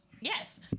yes